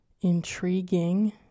intriguing